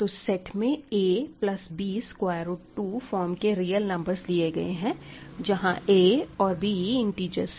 तो सेट में a plus b square root 2 form के रियल नंबर्स लिए गए हैं जहां a और b इंटिजर्स हैं